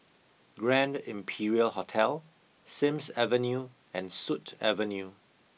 Grand Imperial Hotel Sims Avenue and Sut Avenue